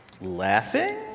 Laughing